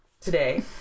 today